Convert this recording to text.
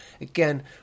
again